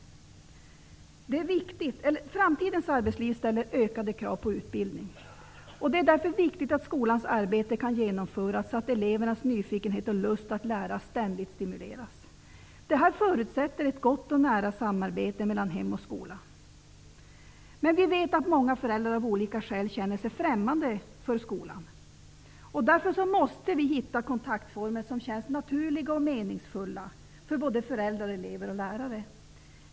Framtidens arbetsmarknad ställer ökade krav på utbildning. Det är därför viktigt att skolans arbete kan genomföras så att elevernas nyfikenhet och lust att lära ständigt stimuleras. Det förutsätter ett gott och nära samarbete mellan hem och skola. Vi vet att många föräldrar av olika skäl känner sig främmande för skolan. Därför måste vi finna kontaktformer som känns naturliga och meningsfulla för både föräldrar, elever och lärare.